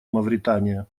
мавритания